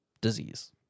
disease